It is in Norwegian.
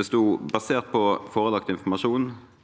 Det sto: «Basert på forelagt dokumentasjon